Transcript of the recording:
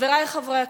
חברי חברי הכנסת,